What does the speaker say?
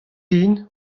den